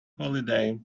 holiday